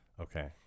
Okay